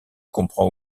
comprend